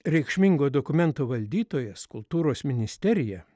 reikšmingo dokumento valdytojas kultūros ministerija